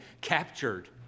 captured